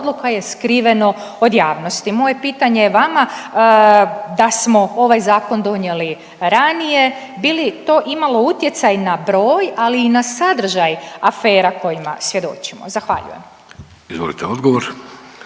odluka je skriveno od javnosti. Moje pitanje je vama da smo ovaj zakon donijeli ranije bi li to imalo utjecaj na broj, ali i na sadržaj afera kojima svjedočimo? Zahvaljujem. **Vidović,